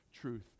truth